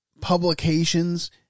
publications